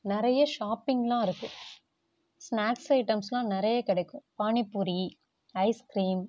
நிறைய ஷாப்பிங்லாம் இருக்கும் ஸ்னாக்ஸ் ஐட்டம்ஸ்லாம் நிறைய கிடைக்கும் பானிபூரி ஐஸ்க்ரீம்